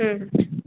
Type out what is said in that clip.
ଉଁ ହୁଁ